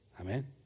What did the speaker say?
Amen